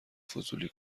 فضولی